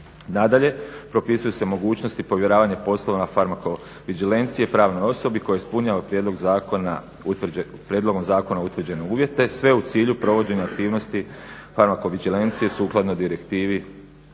Nadalje, propisuju se mogućnosti povjeravanja poslova na farmakovigilancije pravnoj osobi koji ispunjava prijedlogom zakona utvrđene uvjete sve u cilju provođenja aktivnosti farmakovigilancije sukladno Direktivi